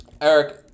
Eric